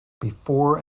before